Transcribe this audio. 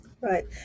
right